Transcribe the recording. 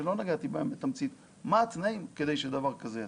שלא נגעתי בהן בתמצית מה התנאים כדי שדבר כזה יצליח.